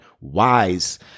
wise